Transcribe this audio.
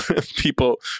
people